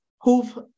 who've